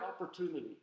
opportunity